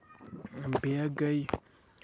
بیٚیہِ ہا گٔے